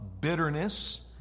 bitterness